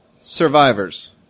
survivors